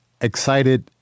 excited